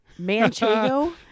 Manchego